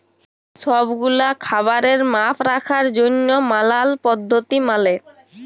সব গুলা খাবারের মাপ রাখার জনহ ম্যালা পদ্ধতি মালে